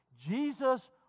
Jesus